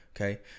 okay